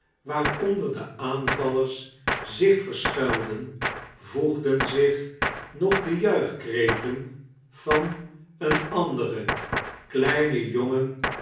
waaronder de aanvallers zich versahuilden voegden zich nog de juichkreten van een anderen kleinen jongen